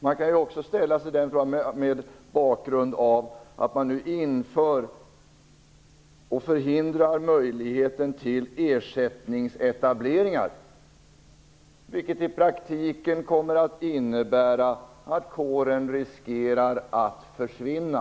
Man kan också ställa den frågan mot bakgrund av att man nu inför och förhindrar möjligheten till ersättningsetableringar, vilket i praktiken kommer att innebära att kåren riskerar att försvinna.